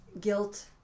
Guilt